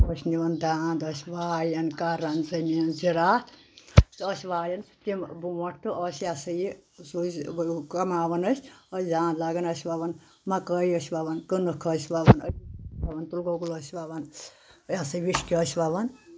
نِوَان داند ٲسۍ وایان کَران زٔمیٖن زِرات تہٕ ٲسۍ وایان تِم برونٛٹھ تہٕ ٲسۍ یہِ ہسا یہِ سوز کَماوان ٲسۍ داند لاگان ٲسۍ وَوَان مکٲے ٲسۍ وَوَان کٔنٔکھ ٲسۍ وَوَان أسۍ وَوَان تِلہٕ گۄگُل ٲسۍ وَوَان ہسا وِشکہٕ ٲسۍ وَوَان